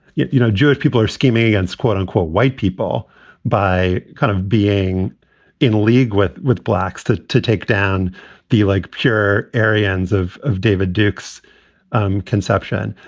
yeah you know, jewish people are scheming against, quote unquote, white people by kind of being in league with with blacks to to take down the, like, pure aryans of of david duke's um conception.